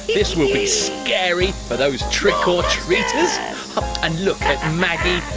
this will be scary for those trick or treaters. oh and look at um maggie.